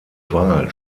wahl